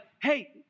hey